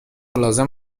لازم